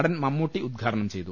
നടൻ മമ്മൂട്ടി ഉദ്ഘാടനം ചെയ്തു